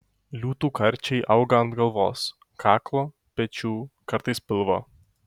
liūtų karčiai auga ant galvos kaklo pečių kartais pilvo